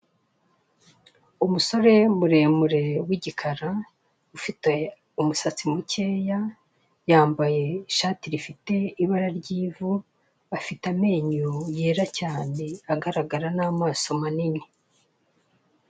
Umusore muremure w'igikara, ufite umusatsi mukeya, yamabye ashati ifite ibara ry'ivu, afite amenyo yera cyane, agaragara, n'amaso manini.